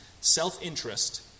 Self-interest